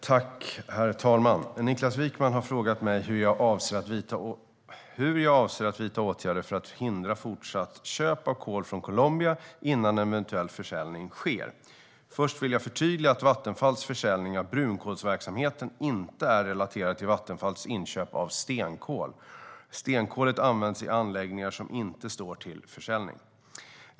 Herr talman! Niklas Wykman har frågat mig hur jag avser att vidta åtgärder för att hindra fortsatt köp av kol från Colombia innan en eventuell försäljning sker. Först vill jag förtydliga att Vattenfalls försäljning av brunkolsverksamheten inte är relaterad till Vattenfalls inköp av stenkol. Stenkolet används i anläggningar som inte står till försäljning.